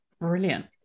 brilliant